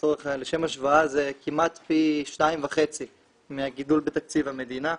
לשם השוואה זה כמעט פי 2.5 מהגידול בתקציב המדינה.